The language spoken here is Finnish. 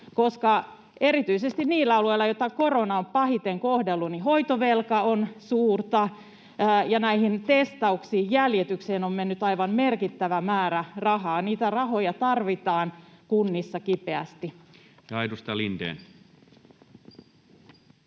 koska erityisesti niillä alueilla, joita korona on pahiten kohdellut, hoitovelka on suurta ja näihin testauksiin, jäljitykseen on mennyt aivan merkittävä määrä rahaa? Niitä rahoja tarvitaan kunnissa kipeästi. [Speech